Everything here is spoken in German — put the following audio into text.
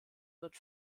wird